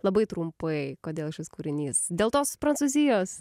labai trumpai kodėl šis kūrinys dėl tos prancūzijos